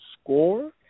score